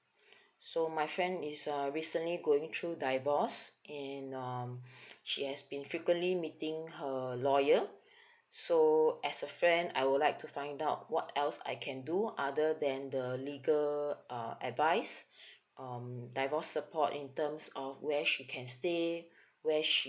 so my friend is uh recently going through divorce in um she has been frequently meeting her lawyer so as a friend I would like to find out what else I can do other than the legal uh advise um divorce support in terms of where she can stay where she